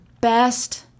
best